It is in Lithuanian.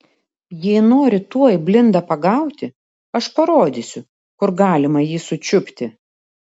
jei nori tuoj blindą pagauti aš parodysiu kur galima jį sučiupti